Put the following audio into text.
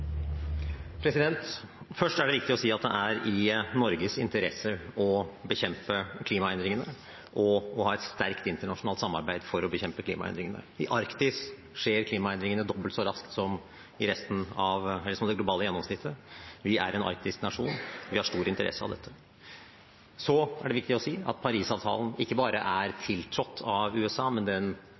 i Norges interesse å bekjempe klimaendringene og å ha et sterkt internasjonalt samarbeid for å bekjempe klimaendringene. I Arktis skjer klimaendringene dobbelt så raskt som det globale gjennomsnittet. Vi er en arktisk nasjon, vi har stor interesse av dette. Så er det viktig å si at Paris-avtalen ikke bare er tiltrådt av USA, men den